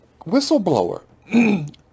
whistleblower